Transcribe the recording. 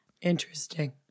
Interesting